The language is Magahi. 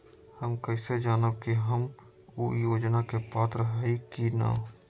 हम कैसे जानब की हम ऊ योजना के पात्र हई की न?